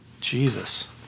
Jesus